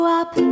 up